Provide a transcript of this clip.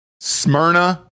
smyrna